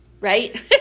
right